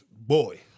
Boy